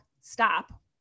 stop